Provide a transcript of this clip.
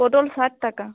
পটল ষাট টাকা